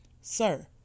Sir